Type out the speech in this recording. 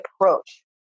approach